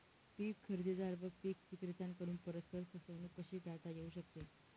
पीक खरेदीदार व पीक विक्रेत्यांकडून परस्पर फसवणूक कशी टाळता येऊ शकते?